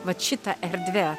vat šita erdve